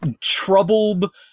troubled